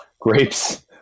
Grapes